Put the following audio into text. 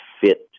fit